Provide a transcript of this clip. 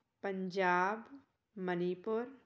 Punjab Manipur